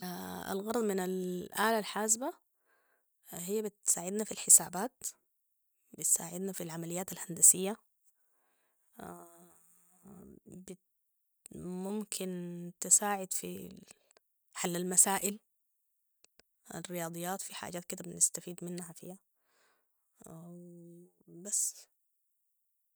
- الغرض من الآلة الحازبة هي بتساعدنا في الحسابات ، بتساعدنا في العمليات الهندسية- ممكن تساعد في- حل المسائل الرياضيات في حاجات كده بنستفيد منها فيها و بس